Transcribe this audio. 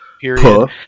period